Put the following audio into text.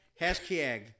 Hashtag